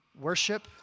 Worship